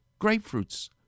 grapefruits